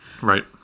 Right